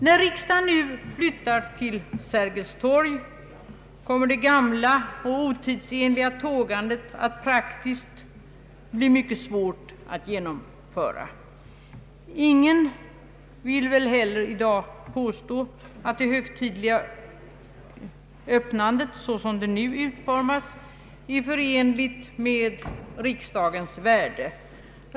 När riksdagen nu flyttar till Sergels torg kommer det gamla och otidsenliga tågandet att praktiskt bli mycket svårt att genomföra. Ingen vill väl heller i dag påstå att det högtidliga öppnandet, såsom det nu utformats, är förenligt med riksdagens värdighet.